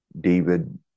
David